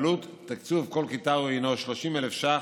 עלות תקצוב כל כיתה היא 30,000 ש"ח.